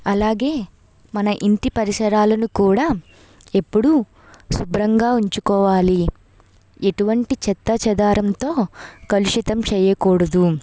అలాగే మన ఇంటి పరిసరాలను కూడా ఎప్పుడూ శుభ్రంగా ఉంచుకోవాలి ఎటువంటి చెత్తాచెదారంతో కలుషితం చేయకూడదు